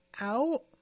out